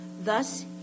Thus